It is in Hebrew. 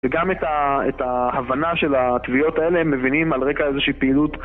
וגם את ההבנה של התביעות האלה הם מבינים על רקע איזושהי פעילות